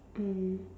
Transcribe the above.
mm